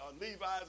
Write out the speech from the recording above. Levi's